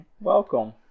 Welcome